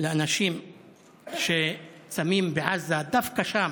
לאנשים שצמים בעזה, דווקא שם,